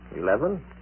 Eleven